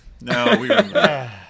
No